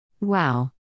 Wow